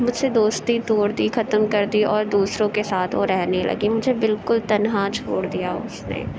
مجھ سے دوستی توڑ دی ختم کر دی اور دوسروں کے ساتھ وہ رہنے لگی مجھے بالکل تنہا چھوڑ دیا اس نے